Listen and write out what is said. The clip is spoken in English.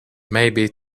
maybe